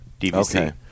DVC